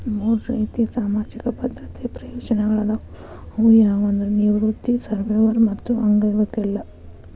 ಮೂರ್ ರೇತಿ ಸಾಮಾಜಿಕ ಭದ್ರತೆ ಪ್ರಯೋಜನಗಳಾದವ ಅವು ಯಾವಂದ್ರ ನಿವೃತ್ತಿ ಸರ್ವ್ಯವರ್ ಮತ್ತ ಅಂಗವೈಕಲ್ಯ